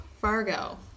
Fargo